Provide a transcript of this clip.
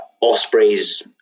Ospreys